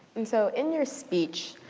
and so, in your speech,